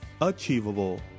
achievable